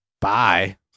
Bye